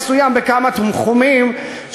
אתה מסיים את מועד ג',